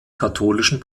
katholischen